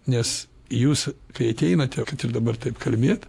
nes jūs kai ateinate kad ir dabar taip kalbėt